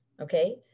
Okay